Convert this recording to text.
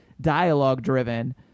dialogue-driven